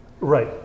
Right